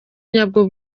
nyabwo